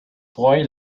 boy